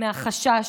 מהחשש